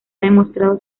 demostrado